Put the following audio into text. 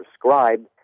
prescribed